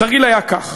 התרגיל היה כך: